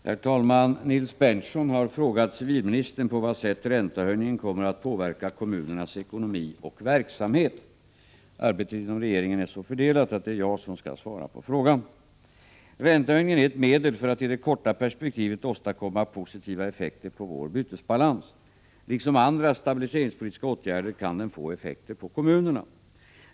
Herr talman! Nils Berndtson har frågat civilministern på vad sätt räntehöjningen kommer att påverka kommunernas ekonomi och verksamhet. Arbetet inom regeringen är så fördelat att det är jag som skall svara på frågan. Räntehöjningen är ett medel för att i det korta perspektivet åstadkomma positiva effekter på vår bytesbalans. Liksom andra stabiliseringspolitiska åtgärder kan den få effekter på kommunerna.